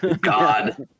God